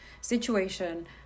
situation